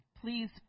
please